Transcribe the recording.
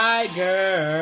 Tiger